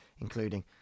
including